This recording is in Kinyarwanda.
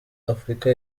afurika